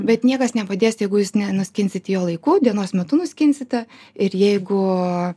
bet niekas nepadės jeigu jūs nenuskinsit jo laiku dienos metu nuskinsite ir jeigu